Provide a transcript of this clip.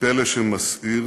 פלא שמסעיר